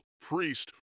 Priest